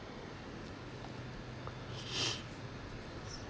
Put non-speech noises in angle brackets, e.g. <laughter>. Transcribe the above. <noise>